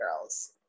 girls